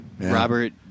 Robert